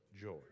Joy